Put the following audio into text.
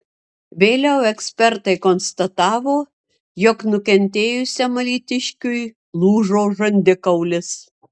vėliau ekspertai konstatavo jog nukentėjusiam alytiškiui lūžo žandikaulis